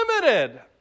limited